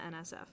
NSF